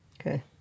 Okay